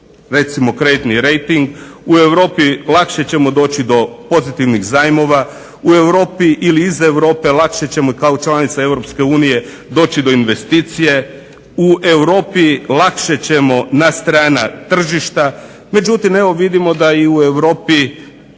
recimo kreditni rejting, u Europi lakše ćemo doći do pozitivnih zajmova, u Europi ili iz Europe lakše ćemo kao članica EU doći do investicije, u Europi lakše ćemo na strana tržišta, međutim evo vidimo da u Europi